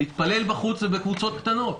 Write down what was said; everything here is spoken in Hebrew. להתפלל בחוץ ובקבוצות קטנות.